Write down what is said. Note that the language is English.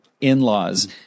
in-laws